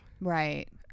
Right